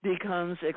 becomes